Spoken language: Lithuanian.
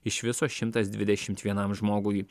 iš viso šimtas dvidešimt vienam žmogui